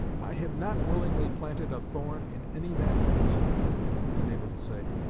i have not willingly planted a thorn in any man's bosom he was able to say.